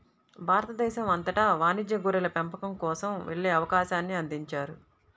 భారతదేశం అంతటా వాణిజ్య గొర్రెల పెంపకం కోసం వెళ్ళే అవకాశాన్ని అందించారు